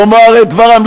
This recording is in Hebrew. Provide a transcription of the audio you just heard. לומר את דברם,